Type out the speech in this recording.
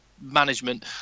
management